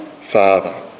Father